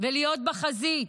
ולהיות בחזית,